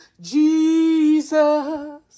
Jesus